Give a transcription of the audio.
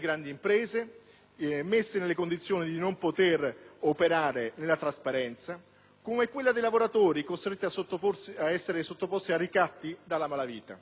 e quella dei lavoratori, costretti ad essere sottoposti a ricatti dalla malavita. Riprendiamo l'esempio della Salerno-Reggio Calabria.